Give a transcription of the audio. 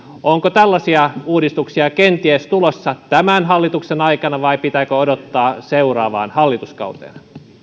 onko tällaisia uudistuksia kenties tulossa tämän hallituksen aikana vai pitääkö odottaa seuraavaan hallituskauteen